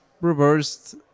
reversed